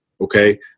Okay